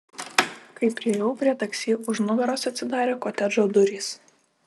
kai priėjau prie taksi už nugaros atsidarė kotedžo durys